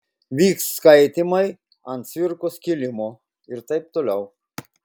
vyks skaitymai ant cvirkos kilimo ir taip toliau